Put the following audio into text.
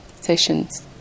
sessions